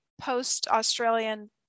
post-australian